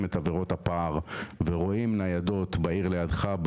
את עבירות הפער ורואים ניידות בעיר לידך,